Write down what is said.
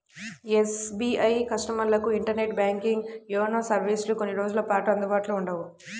SBI కస్టమర్లకు internet banking, YONO సర్వీసులు కొన్ని రోజుల పాటు అందుబాటులో ఉండవు